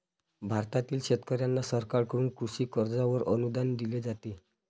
भारतातील शेतकऱ्यांना सरकारकडून कृषी कर्जावर अनुदान दिले जाते